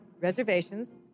reservations